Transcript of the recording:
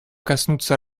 коснуться